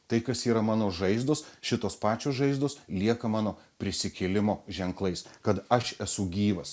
tai kas yra mano žaizdos šitos pačios žaizdos lieka mano prisikėlimo ženklais kad aš esu gyvas